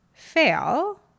fail